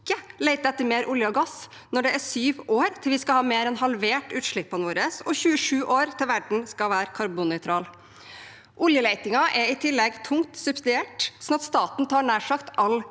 lete etter mer olje og gass når det er sju år til vi skal ha mer enn halvert utslippene våre, og 27 år til verden skal være karbonnøytral. Oljeletingen er i tillegg tungt subsidiert, sånn at staten tar nær sagt all